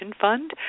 fund